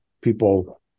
people